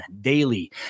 daily